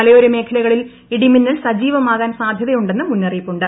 മലയോര മേഖലകളിൽ ഇടിമിന്നൽ സജീവമാകാൻ സാധൃതയുണ്ടെന്നും മുന്നറിയിപ്പുണ്ട്